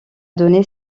donné